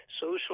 social